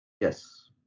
Yes